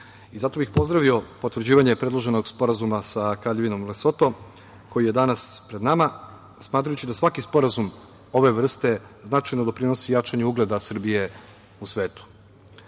i zato bih pozdravio potvrđivanje predloženog sporazuma sa Kraljevinom Lesotom koji je danas pred nama, smatrajući da svaki sporazum ove vrste značajno doprinosi jačanju ugleda Srbije u